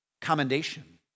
commendation